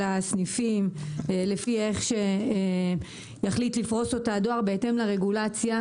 הסניפים לפי איך שיחליט לפרוס אותה הדואר בהתאם לרגולציה.